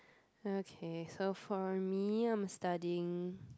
okay so for me I'm studying